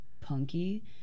punky